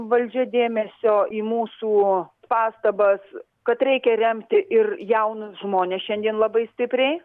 valdžia dėmesio į mūsų pastabas kad reikia remti ir jaunus žmones šiandien labai stipriai